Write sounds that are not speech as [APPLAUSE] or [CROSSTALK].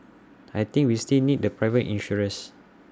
I think we still need the [NOISE] private insurers